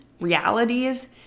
realities